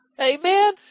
Amen